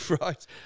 Right